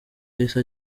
yahise